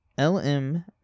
LM